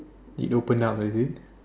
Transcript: it opened up is it